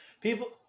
people